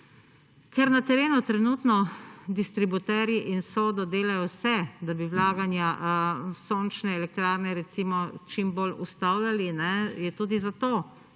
Ker na terenu trenutno distributerji in SODO delajo vse, da bi vlaganja sončne elektrarne recimo čim bolj ustavljali, je tudi zato ta